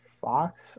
Fox